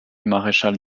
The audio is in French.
maréchal